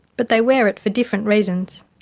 but they wear it for different reasons.